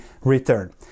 return